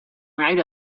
right